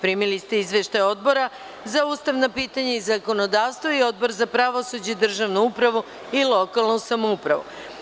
Primili ste izveštaje Odbora za ustavna pitanja i zakonodavstvo i Odbora za pravosuđe i državnu upravu i lokalnu samoupravu.